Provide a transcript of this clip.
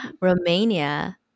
Romania